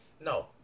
No